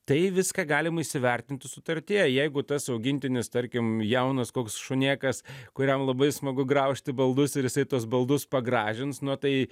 tai viską galima įsivertinti sutartyje jeigu tas augintinis tarkim jaunas koks šunėkas kuriam labai smagu graužti baldus ir jisai tuos baldus pagražins na tai